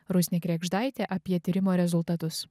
rusnė kregždaitė apie tyrimo rezultatus